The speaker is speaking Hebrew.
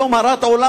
היום הרת עולם,